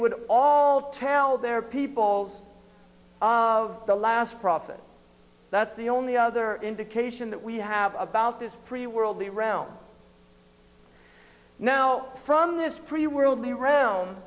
would all tell their peoples of the last profit that's the only other indication that we have about this free world the round now from this pretty worldly ro